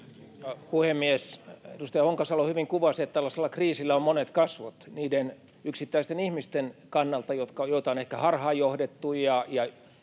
puhemies! Edustaja Honkasalo hyvin kuvasi, että tällaisella kriisillä on monet kasvot niiden yksittäisten ihmisten kannalta, joita on ehkä harhaanjohdettu